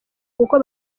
kuko